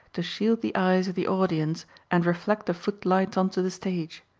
to shield the eyes of the audience and reflect the footlights onto the stage.